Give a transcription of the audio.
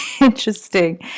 interesting